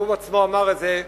והוא עצמו אמר את זה,